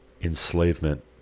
enslavement